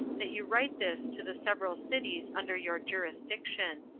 that you write this to the several cities under your jurisdiction.